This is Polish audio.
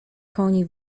koni